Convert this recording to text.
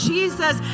Jesus